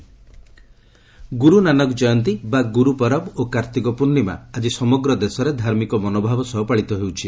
ଗୁରୁ ନାନକ ଜୟନ୍ତୀ ଗୁରୁ ନାନକ ଜୟନ୍ତୀ ବା ଗୁରୁ ପରବ ଓ କାର୍ତ୍ତିକ ପୂର୍ଣ୍ଣିମା ଆଜି ସମଗ୍ର ଦେଶରେ ଧାର୍ମିକ ମନୋଭାବ ସହ ପାଳିତ ହେଉଛି